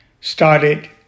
started